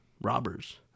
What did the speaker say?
robbers